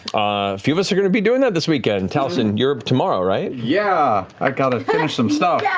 a few of us are going to be doing that this weekend. and taliesin, you're up tomorrow, right? taliesin yeah, i got to finish some stuff. yeah.